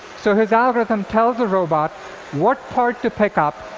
so his algorithm tells the robot what part to pick up,